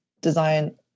design